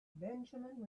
benjamin